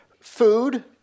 food